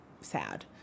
sad